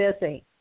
busy